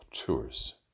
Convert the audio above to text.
Tours